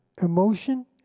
Emotion